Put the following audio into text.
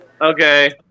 Okay